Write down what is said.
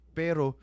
pero